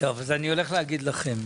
טוב אז אני הולך להגיד לכם,